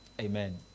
Amen